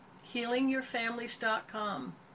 healingyourfamilies.com